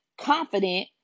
confident